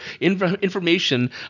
information